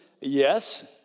Yes